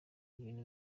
ibintu